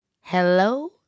Hello